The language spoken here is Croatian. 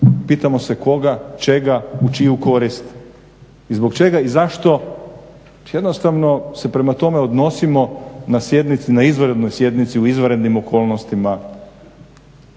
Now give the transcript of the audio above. pitamo se koga, čega, u čiju korist i zbog čega i zašto? Jednostavno se prema tome odnosimo na izvanrednoj sjednici u izvanrednim okolnostima